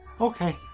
okay